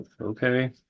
okay